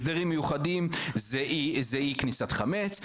הסדרים מיוחדים זה אי כניסת חמץ,